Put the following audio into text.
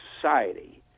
Society